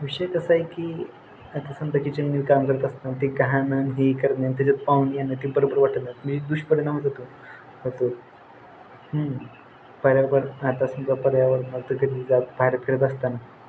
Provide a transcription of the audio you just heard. विषय कसा आहे की आता समजा किचनमध्ये काम करत असतं ते घाण आणि हे करत नाही त्याच्यात पाहून ते बरोबर वाटत नाही म्हणजे दुष्परिणामच होतो पर्यावरण आता समजा पर्यावरण कधी जात बाहेर खेळत असताना